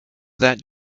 that